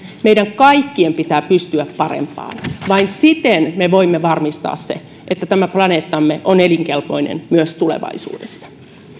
meidän kaikkien pitää pystyä parempaan vain siten me voimme varmistaa sen että tämä planeettamme on elinkelpoinen myös tulevaisuudessa